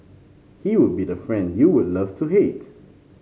he would be the friend you would love to hate